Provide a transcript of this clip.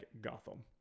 Gotham